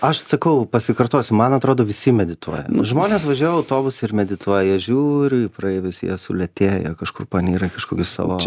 aš sakau pasikartosiu man atrodo visi medituoja žmonės važiuoja autobusu ir medituoja žiūri praeivius jie sulėtėja kažkur panyra kažkokius savo